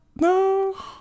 No